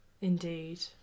Indeed